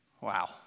Wow